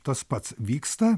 tas pats vyksta